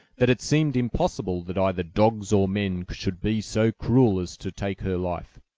that it seemed impossible that either dogs or men should be so cruel as to take her life.